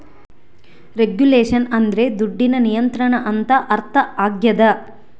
regulation ಅಂದ್ರೆ ದುಡ್ಡಿನ ನಿಯಂತ್ರಣ ಅಂತ ಅರ್ಥ ಆಗ್ಯದ